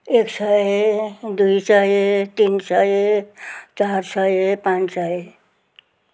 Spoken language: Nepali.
एक सय दुई सय तिन सय चार सय पाँच सय